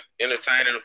entertaining